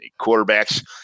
quarterbacks